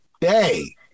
day